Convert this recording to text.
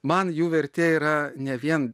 man jų vertė yra ne vien